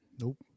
nope